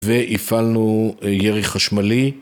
והפעלנו ירח חשמלי.